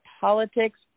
politics